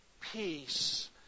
peace